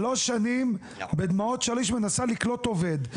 שלוש שנים בדמעות של --- מנסה לקלוט עובד,